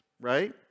right